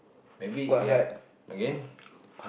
maybe yeah again